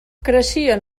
creixien